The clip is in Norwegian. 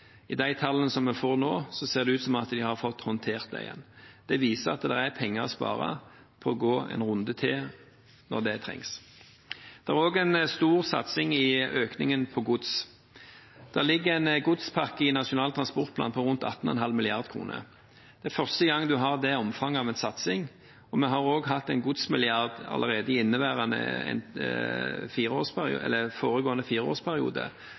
I de tallene vi får nå, ser det ut til at de har klart å håndtere det. Det viser at det er penger å spare på å gå en runde til når det trengs. Det er også en stor satsing i økningen på gods. Det ligger en godspakke i Nasjonal transportplan på rundt 18,5 mrd. kr. Det er første gang en har det omfanget på en satsing, og vi hadde også en godsmilliard allerede i foregående fireårsperiode